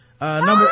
Number